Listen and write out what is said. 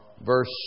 verse